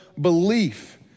belief